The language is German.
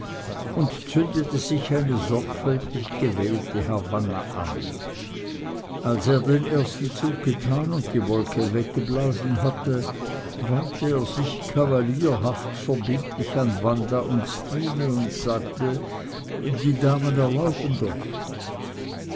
und zündete sich eine sorgfältig gewählte havanna an als er den ersten zug getan und die wolke weggeblasen hatte wandt er sich kavalierhaft verbindlich an wanda und stine und sagte die damen erlauben doch